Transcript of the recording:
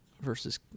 versus